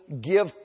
give